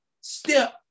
step